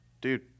dude